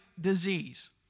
disease